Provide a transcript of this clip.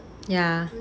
ya